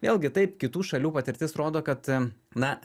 vėlgi taip kitų šalių patirtis rodo kad na